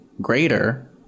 greater